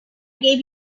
gave